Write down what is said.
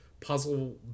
puzzle